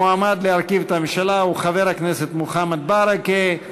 המועמד להרכיב את הממשלה הוא חבר הכנסת מוחמד ברכה.